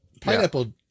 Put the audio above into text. Pineapple